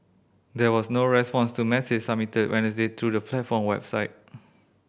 there was no response to message submitted Wednesday through the platform website